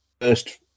first